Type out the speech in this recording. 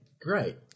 Great